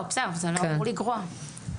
בלי לגרוע מסמכות משרד הבריאות.